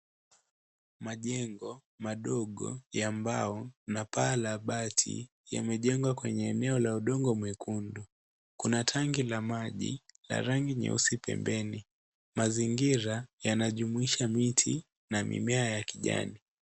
Majengo madogo ya mbao na paa la bati yamejengwa kwenye eneo la udongo mwekundu. Kuna tanki la maji la rangi nyeusi pembeni. Mazingira yanajumuisha miti na mimea ya kijani.